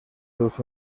luz